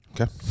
Okay